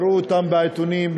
קראו אותן בעיתונים,